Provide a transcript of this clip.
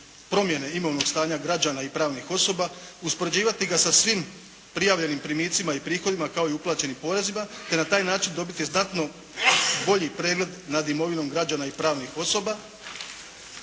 promjene imovnog stanja građana i pravnih osoba, uspoređivati ga sa svim prijavljenim primicima i prihodima kao i uplaćenim porezima, te ne taj način dobiti znatno bolji pregled nad imovinom građana i pravnih osoba,